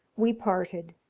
we parted,